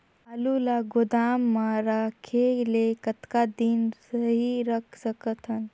आलू ल गोदाम म रखे ले कतका दिन सही रख सकथन?